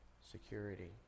Security